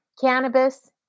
cannabis